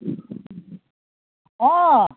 অঁ